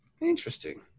Interesting